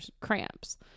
cramps